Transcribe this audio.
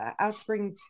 Outspring